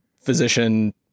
physician